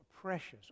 precious